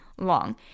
long